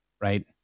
right